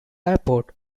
airport